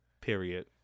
period